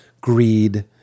greed